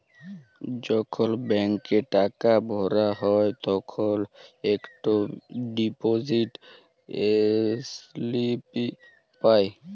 যখল ব্যাংকে টাকা ভরা হ্যায় তখল ইকট ডিপজিট ইস্লিপি পাঁই